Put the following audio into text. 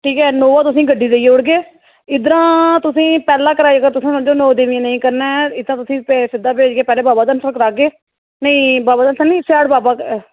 ठीक ऐ इनोवा तुसें गड्डी देई ओड़गे इद्धरा तुसेंगी पैह्ला कराई तुसें अगर नौ देवियां नेईं करना ऐ इत्थै तुसें सिद्धा बाबा धनसर करागे फ्ही बाबा धनसर बाबा